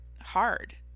hard